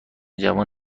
جوان